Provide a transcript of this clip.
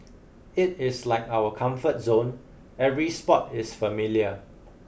it is like our comfort zone every spot is familiar